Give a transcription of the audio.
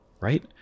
right